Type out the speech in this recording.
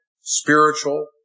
spiritual